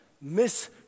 miss